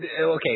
Okay